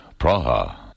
Praha